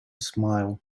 smile